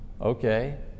Okay